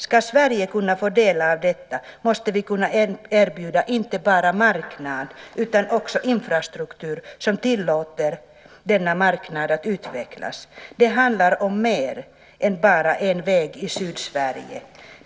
Om Sverige ska kunna få del av detta måste vi kunna erbjuda inte bara en marknad utan också en infrastruktur som tillåter denna marknad att utvecklas. Det handlar om mer än bara en väg i Sydsverige.